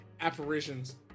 apparitions